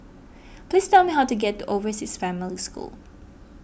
please tell me how to get to Overseas Family School